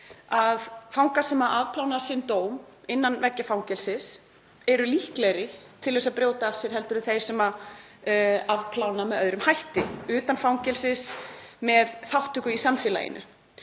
að fangar sem afplána sinn dóm innan veggja fangelsis eru líklegri til að brjóta af sér aftur en þeir sem afplána með öðrum hætti, utan fangelsis með þátttöku í samfélaginu.